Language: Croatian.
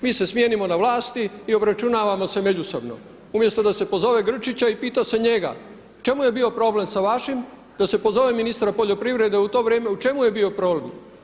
Mi se smijenimo na vlasti i obračunavamo se međusobno umjesto da se pozove Grčića i pita se njega u čemu je bio problem sa vašim, da se pozove ministra poljoprivrede u to vrijeme u čemu je bio problem.